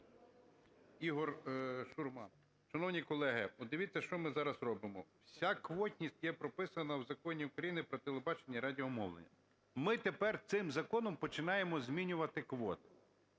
Ігор Шурма. Шановні колеги, подивіться, що ми зараз робимо. Вся квотність є прописана в Законі України "Про телебачення і радіомовлення". Ми тепер цим законом починаємо змінювати квоти.